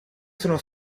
sono